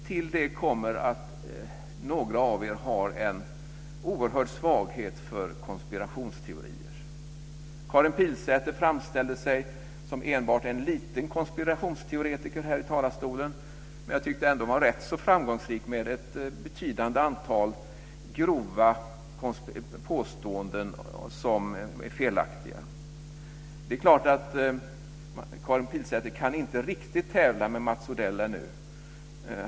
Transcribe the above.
Till det kommer att några av er har en oerhörd svaghet för konspirationsteorier. Karin Pilsäter framställde sig som enbart en liten konspirationsteoretiker här i talarstolen, men jag tyckte att hon ändå var rätt så framgångsrik med ett betydande antal grova, felaktiga påståenden. Karin Pilsäter kan förstås inte riktigt tävla med Mats Odell ännu.